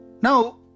Now